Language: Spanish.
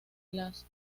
las